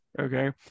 okay